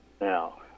Now